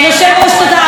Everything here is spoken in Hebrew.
את המוות בדיונים.